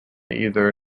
either